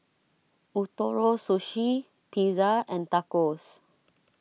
Ootoro Sushi Pizza and Tacos